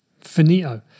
Finito